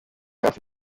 hafi